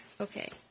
okay